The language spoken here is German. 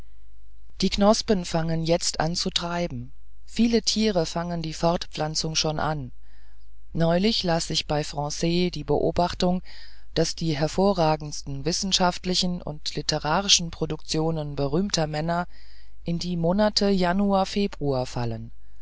die knospen fangen jetzt an zu treiben viele tiere fangen die fortpflanzung schon an neulich las ich bei franc die beobachtung daß die hervorragendsten wissenschaftlichen und literarischen produktionen berühmter männer in die monate januar februar fallen